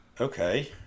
Okay